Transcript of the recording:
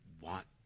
want